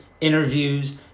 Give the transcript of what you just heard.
interviews